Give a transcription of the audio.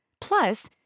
Plus